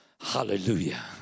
Hallelujah